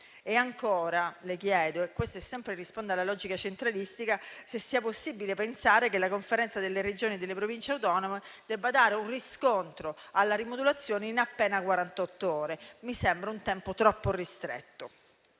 E ancora le chiedo, sempre in risposta alla logica centralistica, se sia possibile pensare che la Conferenza delle Regioni e delle Province autonome debba dare un riscontro alla rimodulazione in appena quarantott'ore. Mi sembra un tempo troppo ristretto.